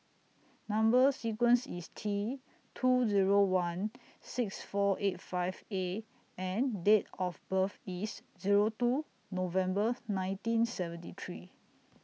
Number sequence IS T two Zero one six four eight five A and Date of birth IS Zero two November nineteen seventy three